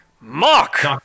Mark